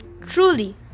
truly